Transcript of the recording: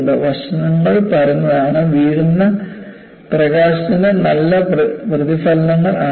വശങ്ങൾ പരന്നതാണ് വീഴുന്ന പ്രകാശത്തിന്റെ നല്ല പ്രതിഫലനങ്ങൾ ആണത്